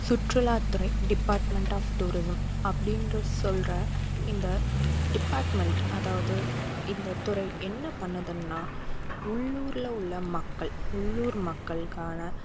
சுற்றுலாத்துறை department of tourism அப்படின்ற சொல்கிற இந்த டிபாட்மெண்ட் அதாவது இந்த துறை என்ன பண்ணுதுனால் உள்ளூரில் உள்ள மக்கள் உள்ளூர் மக்களுக்கான